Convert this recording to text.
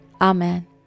Amen